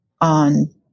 on